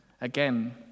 Again